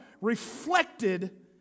reflected